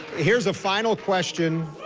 here is a final question.